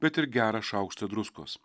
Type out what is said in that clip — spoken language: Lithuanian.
bet ir gerą šaukštą druskos